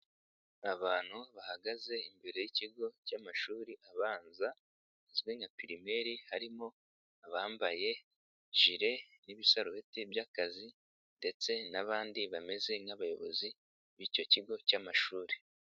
Abantu bahagaze imbere y'ikigo cy'amashuri abanza azwi nka pirimeri, harimo abambaye jire n'ibisarubeti by'akazi ndetse n'abandi bameze nk'abayobozi b'icyo kigo cy'amashuri.